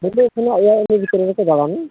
ᱢᱩᱞᱩᱜ ᱠᱷᱚᱱᱟᱜ ᱮᱭᱟᱭ ᱟᱢᱵᱟᱵᱟᱹᱥᱭᱟᱹ ᱵᱷᱤᱛᱨᱤ ᱨᱮᱠᱚ ᱫᱟᱬᱟᱱᱟ